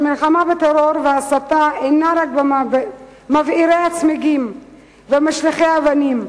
המלחמה בטרור וההסתה אינה רק בין מבעירי הצמיגים ומשליכי האבנים.